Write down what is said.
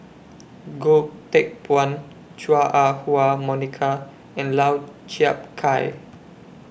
Goh Teck Phuan Chua Ah Huwa Monica and Lau Chiap Khai